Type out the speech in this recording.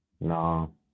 No